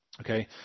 Okay